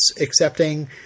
accepting